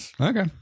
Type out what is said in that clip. Okay